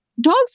dogs